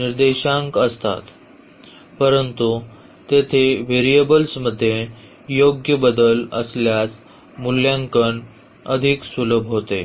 निर्देशांक असतात परंतु तेथे व्हेरिएबल्समध्ये योग्य बदल असल्यास मूल्यांकन अधिक सुलभ होते